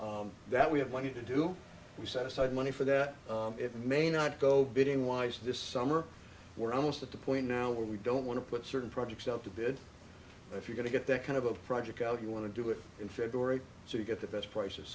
town that we have money to do we set aside money for that it may not go bidding wise this summer we're almost at the point now where we don't want to put certain projects out to bid if you're going to get that kind of a project out you want to do it in february so you get the best prices